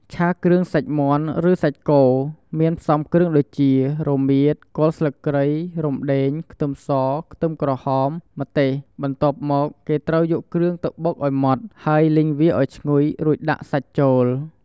ឆាគ្រឿងសាច់មាន់ ឬសាច់គោ មានផ្សំគ្រឿងដូចជា រមៀត គល់ស្លឹកគ្រៃ រំដេង ខ្ទឹមស ខ្ទឹមក្រហម ម្ទេស បន្ទាប់មកគេត្រូវយកគ្រឿងទៅបុកឱ្យម៉ដ្ត ហើយលីងវាឱ្យឈ្ងុយ រួចដាក់សាច់ចូល។